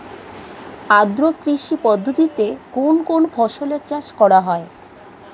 আদ্র কৃষি পদ্ধতিতে কোন কোন ফসলের চাষ করা হয়?